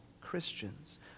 Christians